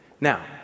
Now